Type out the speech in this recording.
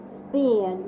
spin